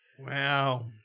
Wow